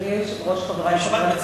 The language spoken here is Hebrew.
אדוני היושב-ראש, חברי חברי הכנסת,